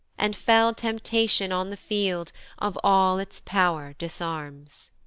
and fell temptation on the field of all its pow'r disarms!